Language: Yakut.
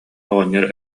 оҕонньор